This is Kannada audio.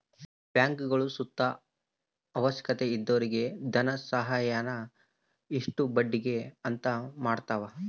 ಬ್ಯಾಂಕ್ಗುಳು ಸುತ ಅವಶ್ಯಕತೆ ಇದ್ದೊರಿಗೆ ಧನಸಹಾಯಾನ ಇಷ್ಟು ಬಡ್ಡಿಗೆ ಅಂತ ಮಾಡತವ